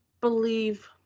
believe